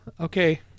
Okay